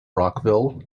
rockville